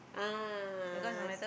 ah